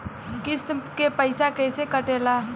किस्त के पैसा कैसे कटेला?